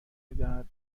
میدهد